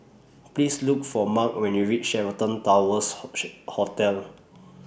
Please Look For Marc when YOU REACH Sheraton Towers Hotel